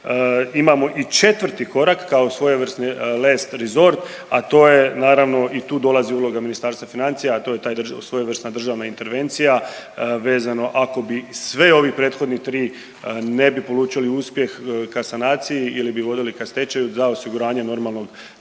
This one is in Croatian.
imamo i četvrti korak kao svojevrsni last resort, a to je naravno i tu dolazi uloga Ministarstva financija, a to je svojevrsna državna intervencija vezano ako bi sve ovi prethodni tri ne bi polučili uspjeh ka sanaciji ili bi voljeli ka stečaju za osiguranje normalnog